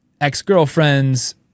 ex-girlfriends